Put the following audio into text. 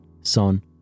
son